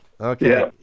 Okay